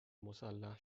مسلح